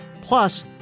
Plus